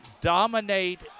dominate